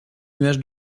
nuages